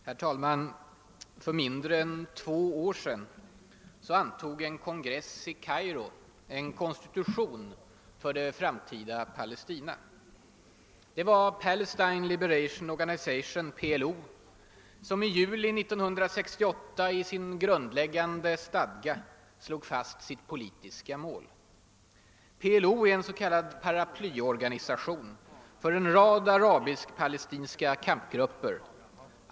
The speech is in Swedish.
Herr talman! För mindre än två år sedan antog en kongress i Kairo en konstitution för det framtida Palestina. Det var Palestine Liberation Organization , som i juli 1968 i sin grundläggande stadga slog fast sitt politiska mål. PLO är en s.k. paraplyorganisation för en rad arabisk-palestinska kampgrupper.